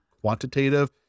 quantitative